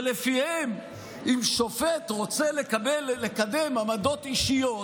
שלפיהם אם שופט רוצה לקדם עמדות אישיות,